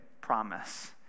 promise